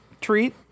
treat